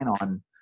on